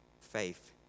faith